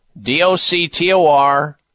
D-O-C-T-O-R